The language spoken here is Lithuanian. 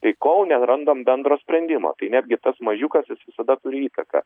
tai kol nerandam bendro sprendimo tai netgi tas mažiukas jis visada turi įtaką